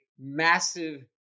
massive